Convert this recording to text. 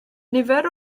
nifer